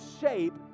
shape